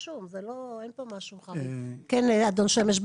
כן אדון שמש?